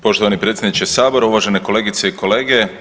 Poštovani predsjedniče sabora, uvažene kolegice i kolege.